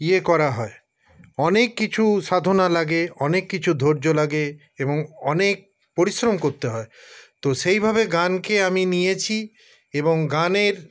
ইয়ে করা হয় অনেক কিছু সাধনা লাগে অনেক কিছু ধৈর্য্য লাগে এবং অনেক পরিশ্রম করতে হয় তো সেইভাবে গানকে আমি নিয়েছি এবং গানের